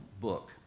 book